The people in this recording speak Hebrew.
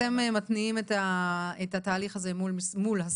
אתם מתניעים את התהליך הזה מול השר.